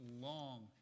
long